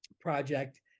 project